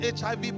HIV